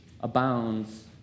abounds